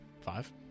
Five